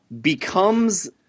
becomes